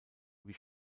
wie